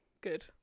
Good